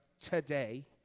today